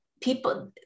people